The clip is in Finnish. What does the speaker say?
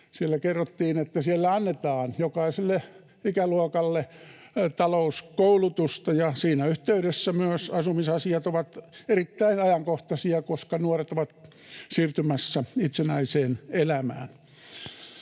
siellä kerrottiin, että siellä annetaan jokaiselle ikäluokalle talouskoulutusta, ja siinä yhteydessä myös asumisasiat ovat erittäin ajankohtaisia, koska nuoret ovat siirtymässä itsenäiseen elämään.